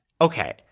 Okay